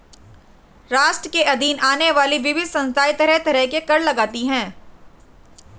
राष्ट्र के अधीन आने वाली विविध संस्थाएँ तरह तरह के कर लगातीं हैं